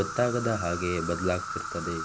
ಗೊತ್ತಾಗದ ಹಾಗೆ ಬದಲಾಗ್ತಿರ್ತದೆ